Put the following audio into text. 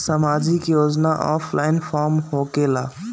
समाजिक योजना offline form होकेला?